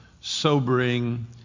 sobering